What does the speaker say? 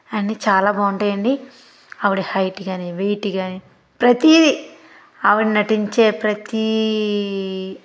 అన్నీ చాలా బాగుంటాయండి ఆవిడ హైట్ కానీ వెయిట్ కానీ ప్రతీది ఆవిడ నటించే ప్రతీ